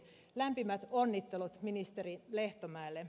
lämpimät onnittelut ministeri lehtomäelle